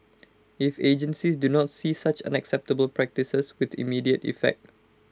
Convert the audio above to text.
if agencies do not cease such unacceptable practices with immediate effect